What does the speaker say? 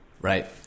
Right